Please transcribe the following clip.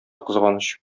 кызганыч